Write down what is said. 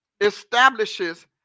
establishes